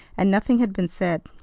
and nothing had been said.